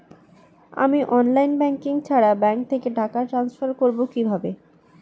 আমি online banking ছাড়া bank থেকে টাকা ট্রান্সফার করবো কিভাবে?